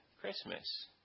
Christmas